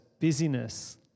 busyness